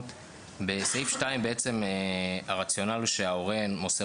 עניין מהותי יותר בסעיף (2) הרציונל הוא שההורה מוסר